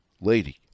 lady